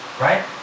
Right